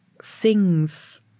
sings